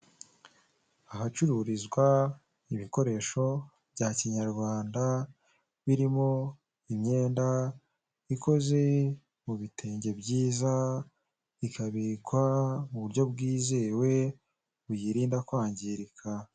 Ahacururizwa ibikoresho bya Kinyarwanda birimo imyenda ikoze mu bitenge byiza ikabikwa mu buryo bwizewe buyirinda kwangirika.